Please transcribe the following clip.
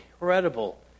incredible